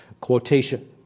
quotation